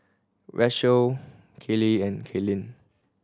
Rachelle Kelley and Caitlynn